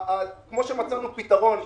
כמו שמצאנו פתרון לישובים.